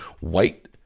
white